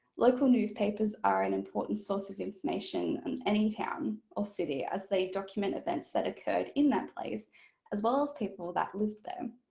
local newspapers are an important source of information on any town or city as they document events that occurred in that place as well as people that lived there.